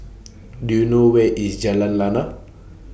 Do YOU know Where IS Jalan Lana